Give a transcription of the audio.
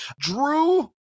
drew